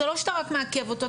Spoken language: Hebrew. זה לא שאתה רק מעכב אותו,